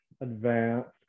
advanced